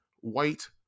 White